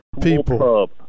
people